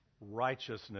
righteousness